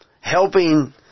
Helping